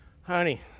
honey